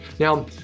Now